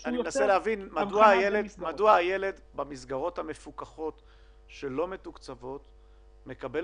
מדוע הילד במסגרות המפוקחות שלא מתוקצבות מקבל